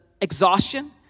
exhaustion